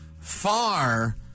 far